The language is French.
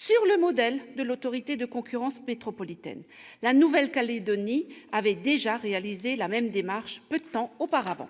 sur le modèle de l'autorité de la concurrence métropolitaine. La Nouvelle-Calédonie avait déjà réalisé la même démarche peu de temps auparavant.